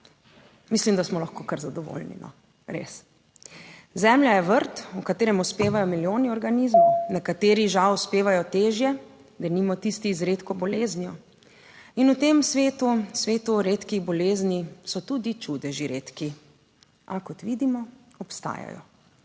mislim, da smo lahko kar zadovoljni, res. Zemlja je vrt, v katerem uspevajo milijoni organizmov, nekateri žal uspevajo težje, denimo tisti z redko boleznijo in v tem svetu, svetu redkih bolezni, so tudi čudeži redki. A kot vidimo, obstajajo.